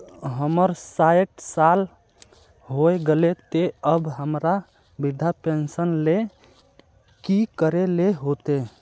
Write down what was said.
हमर सायट साल होय गले ते अब हमरा वृद्धा पेंशन ले की करे ले होते?